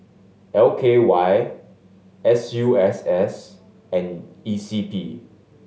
L K Y S U S S and E C P